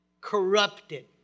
corrupted